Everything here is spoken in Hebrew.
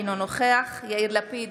אינו נוכח יאיר לפיד,